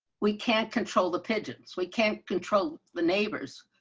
we can't control the pigeons, we can't control the neighbors,